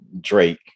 Drake